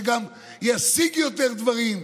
שגם ישיג יותר דברים.